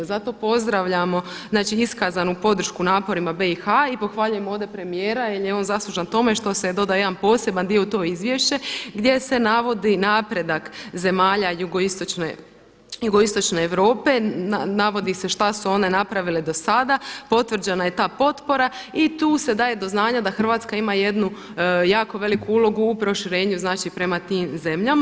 Zato pozdravljamo iskazanu podršku naporima BiH i pohvaljujem ovdje premijera jer je on zaslužan tome što se dodaje jedan poseban dio u to izvješće gdje se navodi napredak zemalja Jugoistočne Europe, navodi se šta su one napravile do sada, potvrđena je ta potpora i tu se daje do znanja da Hrvatska ima jednu jako veliku ulogu u proširenju prema tim zemljama.